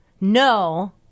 no